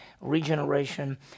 regeneration